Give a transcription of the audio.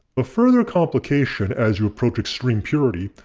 a further complication as you approach extreme purity,